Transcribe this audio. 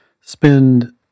spend